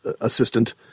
assistant